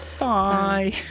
Bye